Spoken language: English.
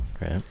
right